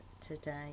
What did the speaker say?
today